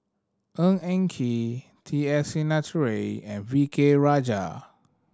Ng Eng Kee T S Sinnathuray and V K Rajah